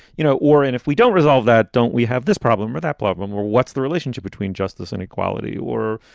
you know, or and if we don't resolve that, don't we have this problem or that problem or what's the relationship between justice and equality or,